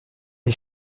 est